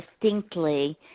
distinctly